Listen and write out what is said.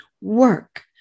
work